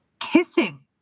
kissing